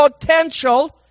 Potential